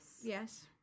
Yes